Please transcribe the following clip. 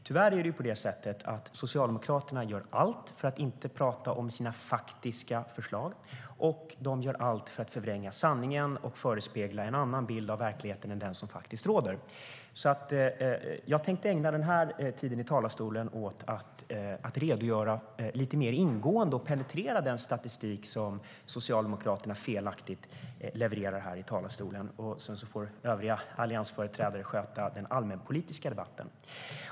Tyvärr gör Socialdemokraterna allt för att inte tala om sina faktiska förslag, och de gör allt för att förvränga sanningen och förespeglar en annan bild av verkligheten än den som faktiskt råder. Jag ska ägna min tid i talarstolen åt att lite mer ingående redogöra för och penetrera den statistik som Socialdemokraterna felaktigt levererar här i talarstolen. Sedan får övriga alliansföreträdare sköta den allmänpolitiska debatten.